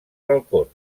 balcons